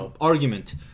argument